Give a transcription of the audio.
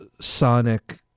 sonic